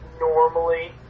normally